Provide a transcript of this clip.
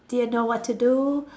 didn't know what to do